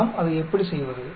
நாம் அதை எப்படி செய்வது